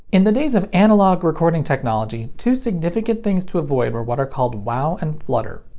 in the days of analog recording technology, two significant things to avoid were what are called wow and flutter.